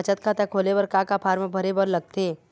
बचत खाता खोले बर का का फॉर्म भरे बार लगथे?